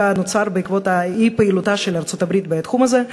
נוצר בעקבות אי-פעילותה של ארצות-הברית בתחום הזה,